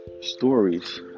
stories